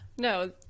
No